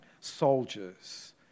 soldiers